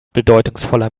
bedeutungsvoller